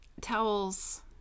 towels